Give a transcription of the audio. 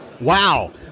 Wow